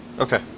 Okay